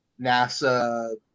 NASA